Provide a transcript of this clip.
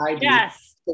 yes